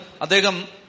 Adegam